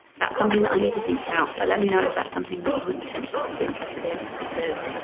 that's something that i need to think about but let me know if that's something that you would potentially be interested in because